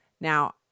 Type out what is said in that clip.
Now